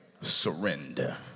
surrender